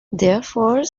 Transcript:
therefore